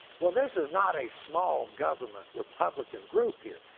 well, this is not a small government republican group here.